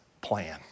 plan